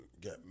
get